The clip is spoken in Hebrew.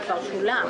זה כבר שולם.